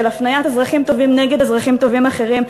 של הפניית אזרחים טובים נגד אזרחים טובים אחרים,